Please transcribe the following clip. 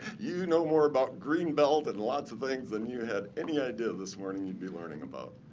you know more about greenbelt and lots of things than you had any idea this morning you'd be learning about.